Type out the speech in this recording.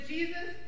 Jesus